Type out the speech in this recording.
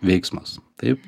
veiksmas taip